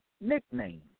nickname